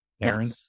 Aaron